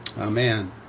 Amen